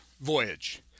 voyage